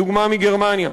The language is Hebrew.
דוגמה מגרמניה,